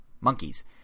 monkeys